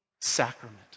sacrament